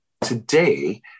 today